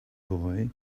boy